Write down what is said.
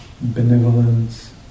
benevolence